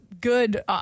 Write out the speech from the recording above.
good